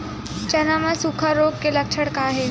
चना म सुखा रोग के लक्षण का हे?